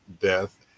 death